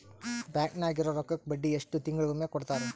Bank ನಾಗಿರೋ ರೊಕ್ಕಕ್ಕ ಬಡ್ಡಿ ಎಷ್ಟು ತಿಂಗಳಿಗೊಮ್ಮೆ ಕೊಡ್ತಾರ?